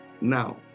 now